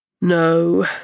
No